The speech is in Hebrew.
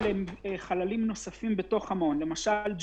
למשל,